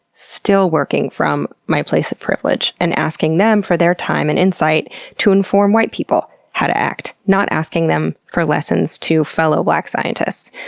still working from my place of privilege and asking them for their time and insight to inform white people how to act, not asking them for lessons to fellow black scientists.